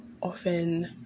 often